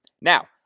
Now